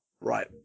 Right